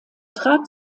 trat